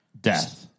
Death